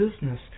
business